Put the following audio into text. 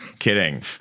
Kidding